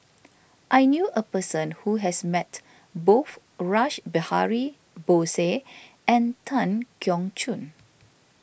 I knew a person who has met both Rash Behari Bose and Tan Keong Choon